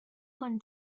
con